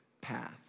path